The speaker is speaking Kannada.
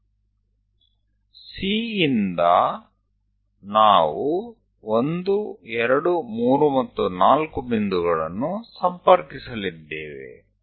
C ಇಂದ ನಾವು 1 2 3 ಮತ್ತು 4 ಬಿಂದುಗಳನ್ನು ಸಂಪರ್ಕಿಸಲಿದ್ದೇವೆ